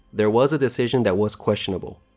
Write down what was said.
there was a decision that was questionable.